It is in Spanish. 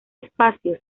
espacio